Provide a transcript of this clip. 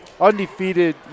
undefeated